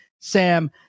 Sam